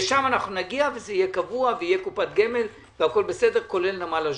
לשם נגיע וזה יהיה קבוע ותהיה קופת גמל והכול בסדר כולל נמל אשדוד.